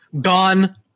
gone